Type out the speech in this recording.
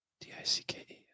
D-I-C-K-E